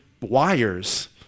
wires